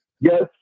Yes